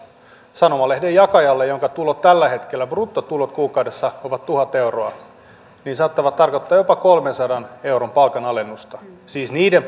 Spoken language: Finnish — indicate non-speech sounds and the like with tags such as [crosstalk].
sanomalehden jakajalle jonka bruttotulot tällä hetkellä ovat kuukaudessa tuhat euroa jopa kolmensadan euron palkanalennusta siis niiden [unintelligible]